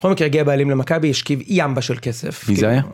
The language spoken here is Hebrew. כל מקרה יגיע בעלים למכבי והשכיב ימבה של כסף.